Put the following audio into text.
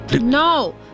No